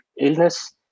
Illness